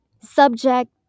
subject